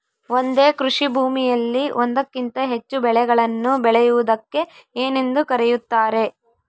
ಒಂದೇ ಕೃಷಿಭೂಮಿಯಲ್ಲಿ ಒಂದಕ್ಕಿಂತ ಹೆಚ್ಚು ಬೆಳೆಗಳನ್ನು ಬೆಳೆಯುವುದಕ್ಕೆ ಏನೆಂದು ಕರೆಯುತ್ತಾರೆ?